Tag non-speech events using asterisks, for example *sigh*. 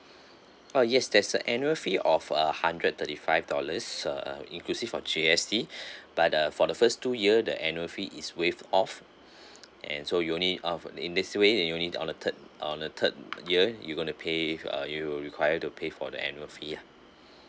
oh yes there's an annual fee of uh hundred thirty five dollars uh inclusive of G_S_T *breath* but uh for the first two year the annual fee is waived off *breath* and so you only off in this way you only the on the third on the third year you gonna pay if you are you will require to pay for the annual fee ah *breath*